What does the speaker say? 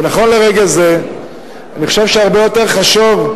ונכון לרגע זה אני חושב שהרבה יותר חשוב,